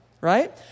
right